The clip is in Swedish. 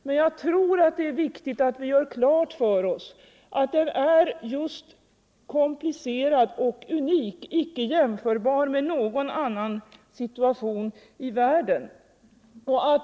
Men jag tror att det är viktigt att vi gör klart för oss att den är just komplicerad och unik, icke jämförbar med någon annan situation i världen.